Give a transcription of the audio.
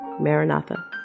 Maranatha